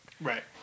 Right